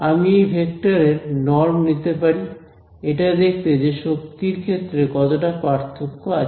আমি এই ভেক্টরের নরম নিতে পারি এটা দেখতে যে শক্তির ক্ষেত্রে কতটা পার্থক্য আছে